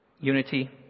unity